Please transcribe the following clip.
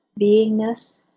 beingness